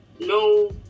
No